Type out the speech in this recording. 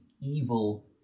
evil